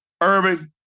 Irving